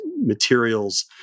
materials